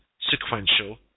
sequential